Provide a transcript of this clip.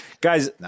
Guys